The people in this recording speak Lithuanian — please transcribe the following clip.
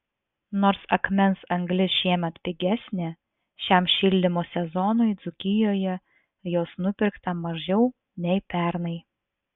nors akmens anglis šiemet pigesnė šiam šildymo sezonui dzūkijoje jos nupirkta mažiau nei pernai